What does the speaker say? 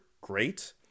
great